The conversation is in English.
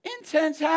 Intense